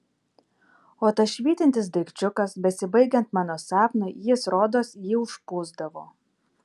o tas švytintis daikčiukas besibaigiant mano sapnui jis rodos jį užpūsdavo